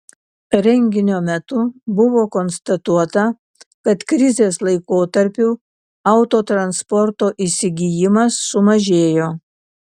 renginio metu buvo konstatuota kad krizės laikotarpiu autotransporto įsigijimas sumažėjo